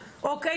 אוקיי?